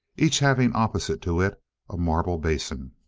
each having opposite to it a marble basin.